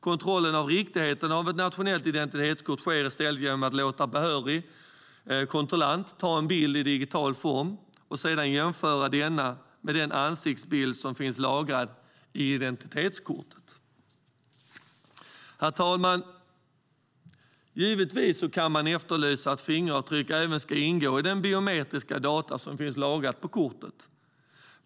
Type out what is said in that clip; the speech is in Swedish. Kontrollen av riktigheten i ett nationellt identitetskort sker i stället genom att låta behörig kontrollant ta en bild i digital form och sedan jämföra denna med den ansiktsbild som finns lagrad i identitetskortet. Herr talman! Givetvis kan man efterlysa att fingeravtryck även ska ingå i de biometriska data som finns lagrade på kortet.